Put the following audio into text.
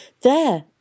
There